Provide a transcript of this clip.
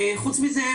חוץ מזה,